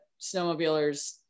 snowmobilers